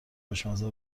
خوشمزه